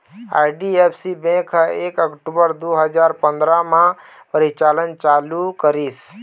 IDFC bank ह एक October दू हजार पंदरा म परिचालन चालू करिस